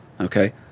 Okay